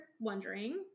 wondering